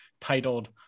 titled